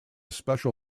special